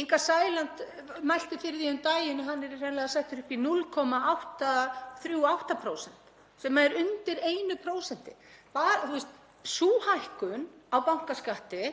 Inga Sæland mælti fyrir því um daginn að hann yrði hreinlega settur upp í 0,838% sem er undir 1%. Bara sú hækkun á bankaskatti